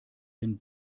den